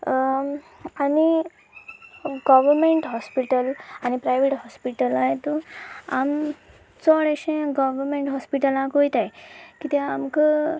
आनी government hospital आनी private हॉस्पिटला हातूंत आमी चड अशें गोवमेंट हॉस्पिटलांक वयताय कित्याक आमकां